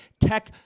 tech